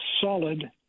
solid